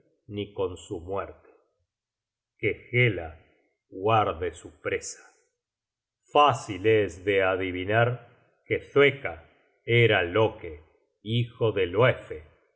ni con su muerte que hela guarde su presa content from google book search generated at fácil es de adivinar que thoecka era loke hijo de loefae